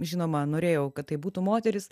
žinoma norėjau kad tai būtų moteris